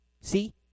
See